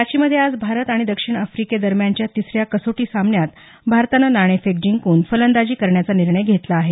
रांचीमध्ये आज भारत आणि दक्षिण अफ्रिकेदरम्यानच्या तिसऱ्या कसोटी सामन्यात भारतानं नाणेफेक जिंकून फलंदाजी करण्याचा निर्णय घेतला आहे